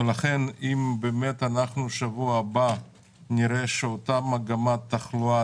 לכן אם אנחנו בשבוע הבא נראה שאותה מגמת תחלואה